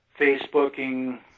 Facebooking